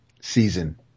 season